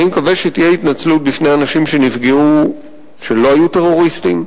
אני מקווה שתהיה התנצלות בפני אותם אנשים שנפגעו שלא היו טרוריסטים,